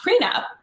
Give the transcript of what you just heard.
prenup